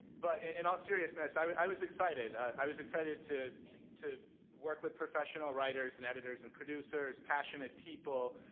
but in all seriousness, i was i was excited. i was excited to to work with professional writers, and editors, and producers, passionate people,